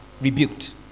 rebuked